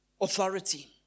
authority